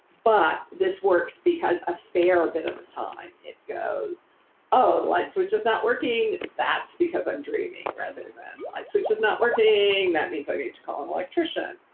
but this works because a fair bit the time it goes oh, the light switch is not working. that's because i'm dreaming, rather than light switch is not working, that means i need to call an electrician.